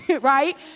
right